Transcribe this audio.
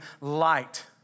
light